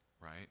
right